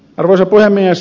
arvoisa puhemies